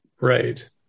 Right